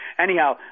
Anyhow